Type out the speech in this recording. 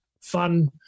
fun